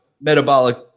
metabolic